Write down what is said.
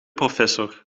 professor